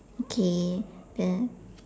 okay then